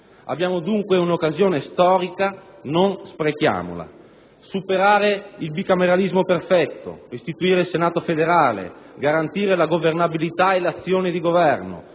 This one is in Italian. Abbiamo dunque un'occasione storica, non sprechiamola. Superare il bicameralismo perfetto, istituire il Senato federale, garantire la governabilità e l'azione di governo,